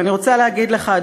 ואני רוצה להגיד לך,